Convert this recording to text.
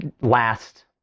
last